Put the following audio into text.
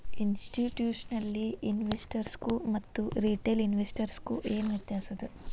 ಇನ್ಸ್ಟಿಟ್ಯೂಷ್ನಲಿನ್ವೆಸ್ಟರ್ಸ್ಗು ಮತ್ತ ರಿಟೇಲ್ ಇನ್ವೆಸ್ಟರ್ಸ್ಗು ಏನ್ ವ್ಯತ್ಯಾಸದ?